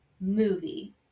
movie